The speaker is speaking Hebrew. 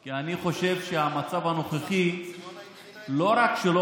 כי אני חושב שהמצב הנוכחי לא רק שלא